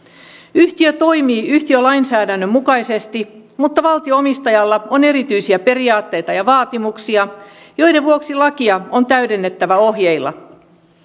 yhtiö toimii yhtiölainsäädännön mukaisesti mutta valtio omistajalla on erityisiä periaatteita ja vaatimuksia joiden vuoksi lakia on täydennettävä ohjeilla